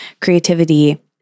creativity